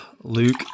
Luke